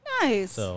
Nice